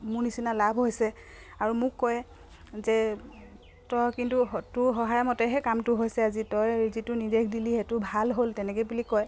মোৰ নিচিনা লাভ হৈছে আৰু মোক কয় যে তই কিন্তু তোৰ সহায় মতেহে কামটো হৈছে আজি তই যিটো নিৰ্দেশ দিলি সেইটো ভাল হ'ল তেনেকে বুলি কয়